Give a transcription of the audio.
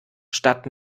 statt